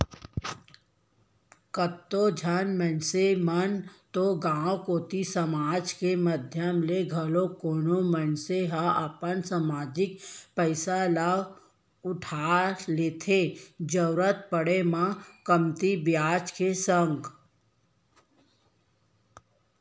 कतको झन मनसे मन तो गांव कोती समाज के माधियम ले घलौ कोनो मनसे ह अपन समाजिक पइसा ल उठा लेथे जरुरत पड़े म कमती बियाज के संग